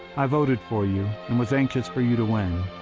i voted for you and was anxious for you to win.